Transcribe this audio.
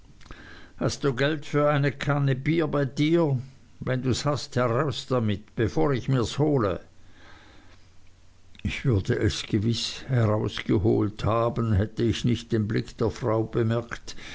hast du geld für eine kanne bier bei dir wenn dus hast heraus damit bevor ich mirs hole ich würde es gewiß herausgeholt haben hätte ich nicht den blick der frau bemerkt